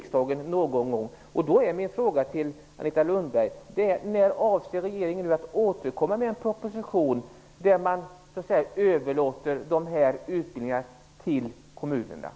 Sedan skall ni återkomma till riksdagen någon gång.